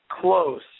close